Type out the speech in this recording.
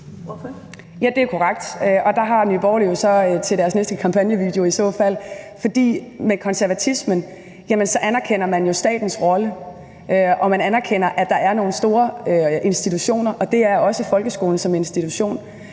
det er korrekt, og der har Nye Borgerlige jo i så fald materiale til deres næste kampagnevideo. For med konservatismen anerkender man jo statens rolle, og man anerkender, at vi har nogle store institutioner, herunder også folkeskolen som institution.